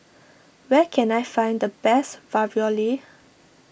where can I find the best Ravioli